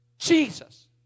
Jesus